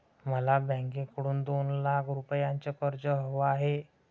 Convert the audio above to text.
मला बँकेकडून दोन लाख रुपयांचं कर्ज हवं आहे